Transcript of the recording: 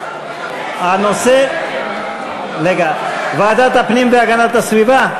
הנושא, רגע, ועדת הפנים והגנת הסביבה?